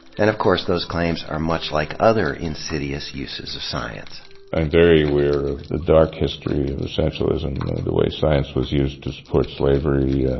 and, of course, those claims are much like other insidious uses of science. i am very aware of the dark history of essentialism, the way science was used to support slavery,